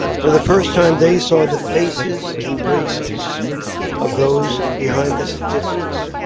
for the first time they saw the faces and braces of those behind the statistics.